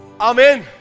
Amen